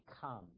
come